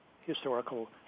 historical